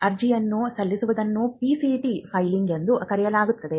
ವಿದೇಶಿ ಅರ್ಜಿಯನ್ನು ಸಲ್ಲಿಸುವುದನ್ನು PCT ಫೈಲಿಂಗ್ಸ್ ಎಂದು ಕರೆಯಲಾಗುತ್ತದೆ